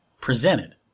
presented